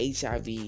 HIV